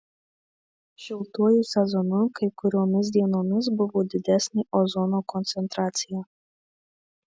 šiltuoju sezonu kai kuriomis dienomis buvo didesnė ozono koncentracija